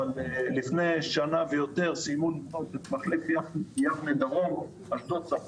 אבל לפני למעלה משנה סיימו לבנות את מחלף יבנה דרום --- צפון,